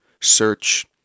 search